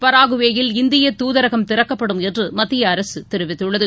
பராகுவேயில் இந்திய தூதரகம் திறக்கப்படும் என்றுமத்தியஅரசுதெரிவித்துள்ளது